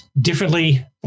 differently